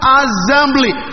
assembly